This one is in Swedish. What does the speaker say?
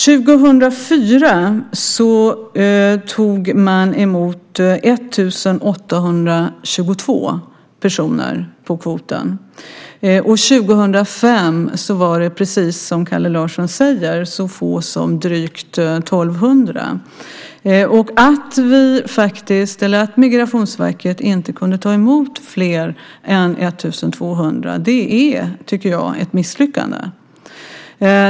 2004 tog man emot 1 822 personer på kvoten. År 2005 var det, precis som Kalle Larsson säger, så få som drygt 1 200. Att Migrationsverket inte kunde ta emot fler än 1 200 är, tycker jag, ett misslyckande.